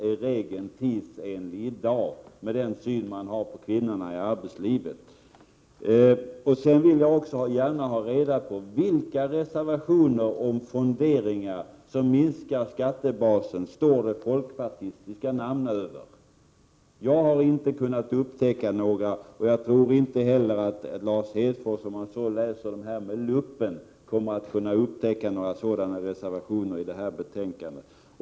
Är regeln tidsenlig i dag med den syn man nu har på kvinnorna i arbetslivet? Jag vill också gärna ha svar på frågan: Över vilka reservationer om fonderingar som minskar skattebasen står det folkpartistiska namn? Jag har inte kunnat upptäcka några, och jag tror inte heller att Lars Hedfors, om han så läser det här betänkandet med hjälp av lupp, kommer att kunna upptäcka några sådana reservationer.